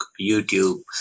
YouTube